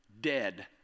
dead